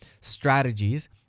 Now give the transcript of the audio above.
Strategies